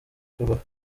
ferwafa